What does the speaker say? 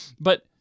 But-